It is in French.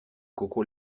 coco